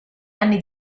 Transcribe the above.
anni